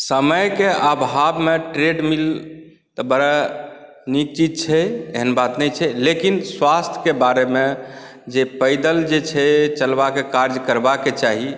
समयके अभावमे ट्रेडमिल तऽ बड़ा नीक चीज़ छै एहन बात नहि छै लेकिन स्वास्थ्यके बारेमे जे पैदल जे छै चलबाके काज करबाके चाही